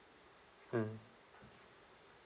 mm